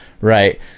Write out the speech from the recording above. right